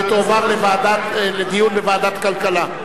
שתועבר לדיון בוועדת כלכלה.